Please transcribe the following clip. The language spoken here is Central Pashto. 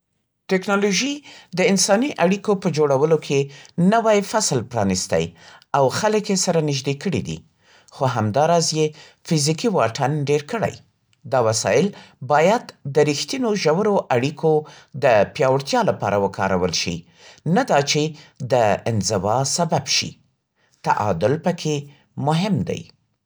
ټکنالوژي د انساني اړیکو په جوړولو کې نوی فصل پرانستی او خلک یې سره نږدې کړي دي. خو همداراز یې فزیکي واټن ډېر کړی. دا وسایل باید د رښتینو، ژورو اړیکو د پیاوړتیا لپاره وکارول شي، نه دا چې د انزوا سبب شي. تعادل پکې مهم دی.